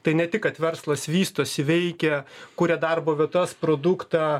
tai ne tik kad verslas vystosi veikia kuria darbo vietas produktą